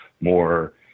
more